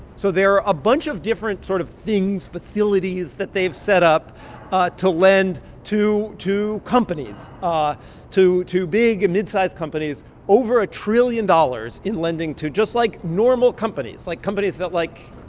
so there are a bunch of different sort of things, facilities that they've set up ah to lend to to companies ah to to big and mid-sized companies over a trillion dollars in lending to just, like, normal companies, like companies that, like.